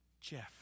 Jeff